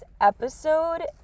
episode